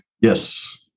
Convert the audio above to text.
Yes